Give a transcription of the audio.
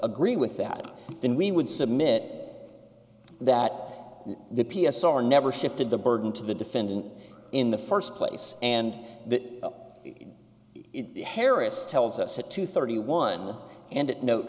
agree with that then we would submit that the p s r never shifted the burden to the defendant in the first place and that it harris tells us at two thirty one and it note